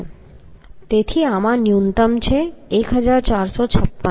તેથી આમાં ન્યૂનતમ છે 1456